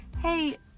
hey